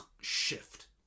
shift